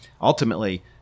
Ultimately